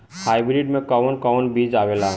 Hybrid में कोवन कोवन बीज आवेला?